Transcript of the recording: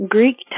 Greek